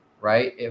right